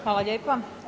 Hvala lijepa.